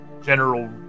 general